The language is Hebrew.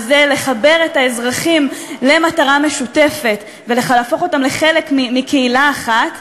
וזה לחבר את האזרחים למטרה משותפת ולהפוך אותם לחלק מקהילה אחת,